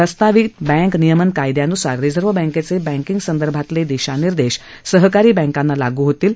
प्रस्तावित बँक नियमन कायद्यान्सार रिझर्व्ह बँकेचे बँकिंग संदर्भातले दिशानिर्देश सहकारी बँकांना लागू होतील